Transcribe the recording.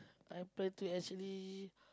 I plan to actually